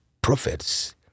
prophets